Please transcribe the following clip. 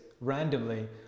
randomly